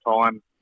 time